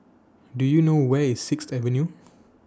Do YOU know Where IS Sixth Avenue